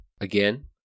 Again